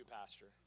Pastor